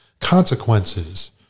consequences